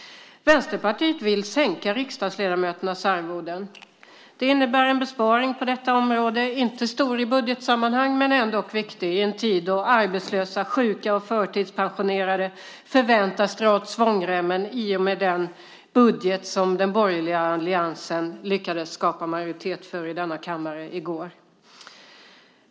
Vänsterpartiet vill sänka riksdagsledamöternas arvoden. Det innebär en besparing på detta område, inte stor i budgetsammanhang men ändå viktig i en tid då arbetslösa, sjuka och förtidspensionerade förväntas dra åt svångremmen i och med den budget som den borgerliga alliansen lyckades skapa majoritet för i denna kammare i går.